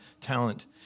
talent